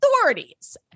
authorities